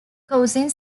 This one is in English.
causing